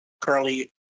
currently